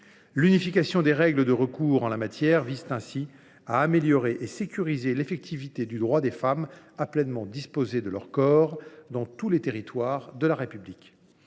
L’unification des règles de recours en la matière vise ainsi à améliorer et à sécuriser l’effectivité du droit des femmes à pleinement disposer de leur corps dans tous les territoires de la République.